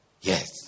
Yes